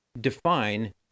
define